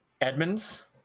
Edmonds